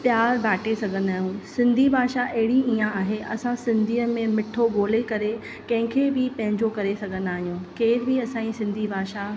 प्यारु बांटे सघंदा आहियूं सिन्धी भाषा अहिड़ी हीअ आहे असां सिंधियुनि में मिठो ॿोले करे कंहिंखे बि पंहिंजो करे सघंदा आहियूं केर बि असांजी सिन्धी भाषा